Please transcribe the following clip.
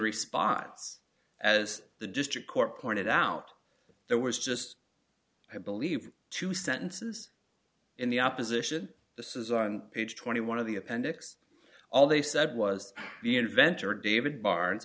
response as the district court pointed out there was just i believe two sentences in the opposition this is on page twenty one of the appendix all they said was the inventor david barnes